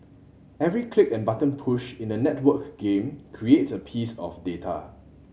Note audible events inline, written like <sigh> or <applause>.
every click and button push in a networked game <unintelligible> a piece of data